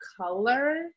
color